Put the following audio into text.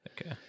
Okay